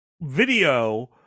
video